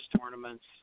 tournaments